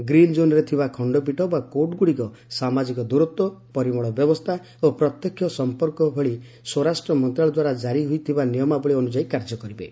green ଜୋନ୍ରେ ଥିବା ଖଣ୍ଡପୀଠ ବା କୋର୍ଟ୍ଗୁଡ଼ିକ ସାମାଜିକ ଦୂରତ୍ୱ ପରିମଳ ବ୍ୟବସ୍ଥା ଓ ପ୍ରତ୍ୟକ୍ଷ ସମ୍ପର୍କ ଭଳି ସ୍ୱରାଷ୍ଟ୍ର ମନ୍ତ୍ରଣାଳୟ ଦ୍ୱାରା ଜାରି ହୋଇଥିବା ନିୟମାବଳୀ ଅନୁଯାୟୀ କାର୍ଯ୍ୟ କରିବେ